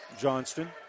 Johnston